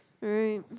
Right